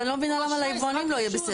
אז אני לא מבינה למה ליבואנים זה לא יהיה בסדר.